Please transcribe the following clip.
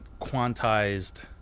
quantized